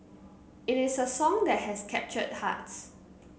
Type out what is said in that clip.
it is a song that has captured hearts